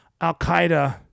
Al-Qaeda